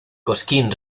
cosquín